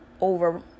over